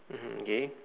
mmhmm okay